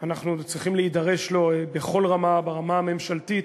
אנחנו צריכים להידרש לו בכל רמה: ברמה הממשלתית,